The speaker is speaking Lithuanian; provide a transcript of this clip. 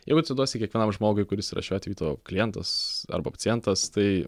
jeigu atiduosi kiekvienam žmogui kuris yra šiuo atveju tavo klientas arba pacientas tai